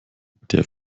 der